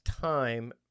time